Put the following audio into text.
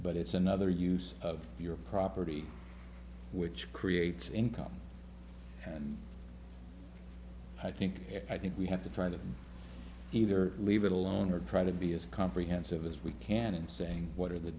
but it's another use of your property which creates income and i think here i think we have to try to either leave it alone or try to be as comprehensive as we can in saying what are the